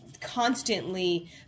constantly